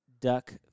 duck